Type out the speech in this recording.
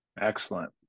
Excellent